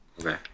Okay